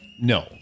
No